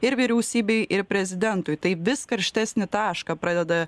ir vyriausybei ir prezidentui tai vis karštesnį tašką pradeda